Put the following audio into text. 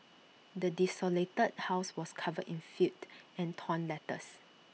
the desolated house was covered in filth and torn letters